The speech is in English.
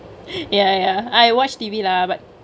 ya ya I watch T_V lah but